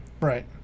Right